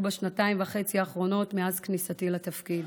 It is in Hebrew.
בשנתיים וחצי האחרונות מאז כניסתי לתפקיד.